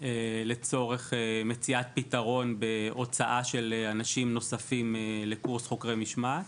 לצורך מציאת פתרון והוצאה של אנשים נוספים לקורס חוקרי משמעת.